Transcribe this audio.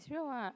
it's real [what]